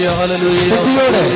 hallelujah